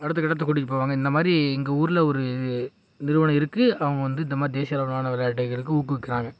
அடுத்த கட்டத்துக்கு கூட்டிக்கிட்டு போவாங்க இந்த மாதிரி எங்கள் ஊரில் ஒரு நிறுவனம் இருக்குது அவங்க வந்து இந்த மாதிரி தேசிய அளவிலான விளையாட்டுகளுக்கு ஊக்குவிக்கிறாங்க